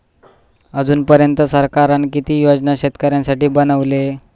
अजून पर्यंत सरकारान किती योजना शेतकऱ्यांसाठी बनवले?